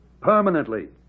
Permanently